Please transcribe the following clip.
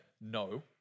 No